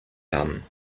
done